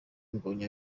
mbonyi